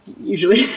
Usually